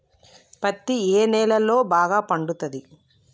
పత్తి ఏ నేలల్లో బాగా పండుతది?